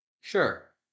Sure